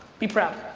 be proud.